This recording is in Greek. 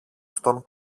στον